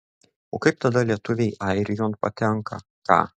o kaip tada lietuviai airijon patenka ką